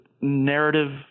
narrative